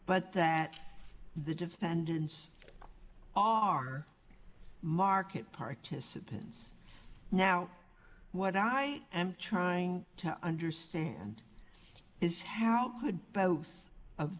but that the defendants are market participants now what i am trying to understand is how could both of